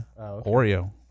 Oreo